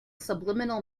subliminal